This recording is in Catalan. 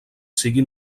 siguin